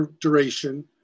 duration